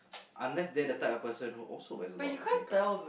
unless they're the type of person who also wears a lot of makeup